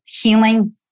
healing